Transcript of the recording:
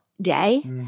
day